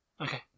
Okay